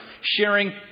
sharing